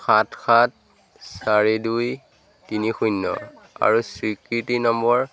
সাত সাত চাৰি দুই তিনি শূন্য আৰু স্বীকৃতি নম্বৰ